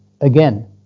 again